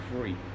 free